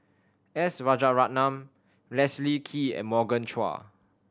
S Rajaratnam Leslie Kee and Morgan Chua